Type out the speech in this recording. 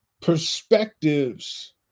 perspectives